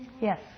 Yes